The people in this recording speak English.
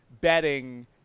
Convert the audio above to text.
betting